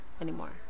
anymore